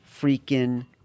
freaking